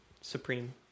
supreme